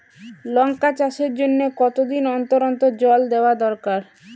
লঙ্কা চাষের জন্যে কতদিন অন্তর অন্তর জল দেওয়া দরকার?